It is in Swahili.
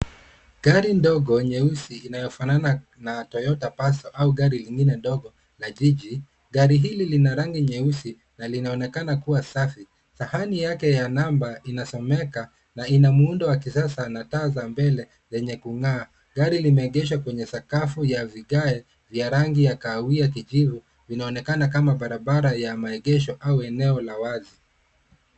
Gari ndogo nyeusi inayofanana na Toyota Paso au gari lingine ndogo la jiji. Gari hili lina rangi jeusi na linaonekana kuwa safi. Sahani yake ya namba inasomeka na ina muundo wa kisasa na taa za mbele zenye kung'aa. Gari hili limeegeshwa kwenye sakafu ya vigae yenye rangi ya kahawia kijivi inaonekana barabara ya maegesho au eneo la wazi.